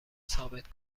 ثابت